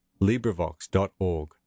LibriVox.org